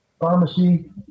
pharmacy